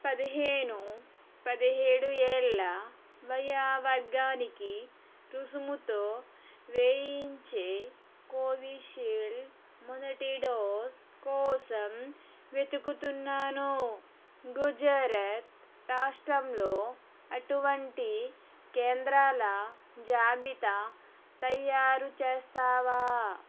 పదిహేను పదిహేడు ఏళ్ళ వయో వర్గానికి రుసుముతో వేయించే కోవీషీల్డ్ మొదటి డోస్ కోసం వెతుకుతున్నాను గుజరాత్ రాష్ట్రంలో అటువంటి కేంద్రాల జాబితా తయారు చేస్తావా